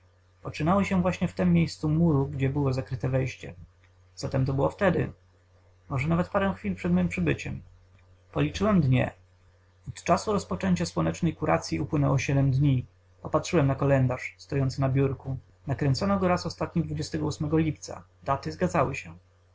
poczynały się właśnie w tem miejscu muru gdzie było zakryte wejście zatem to było wtedy może nawet parę chwil przed mem przybyciem policzyłem dnie od czasu rozpoczęcia słonecznej kuracyi upłynęło dni popatrzyłem na kalendarz stojący na biurku nakręcono go raz ostatni lipca daty zgadzały się